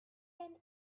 can